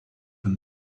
and